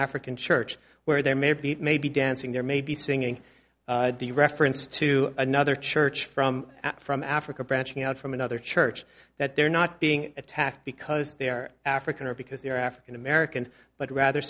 african church where there may be may be dancing there may be singing the reference to another church from out from africa branching out from another church that they're not being attacked because they're african or because they're african american but rather